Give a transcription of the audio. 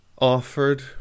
offered